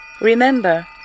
Remember